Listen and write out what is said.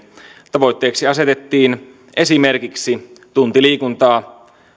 tavoitteeksi asetettiin esimerkiksi tunti liikuntaa